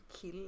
kill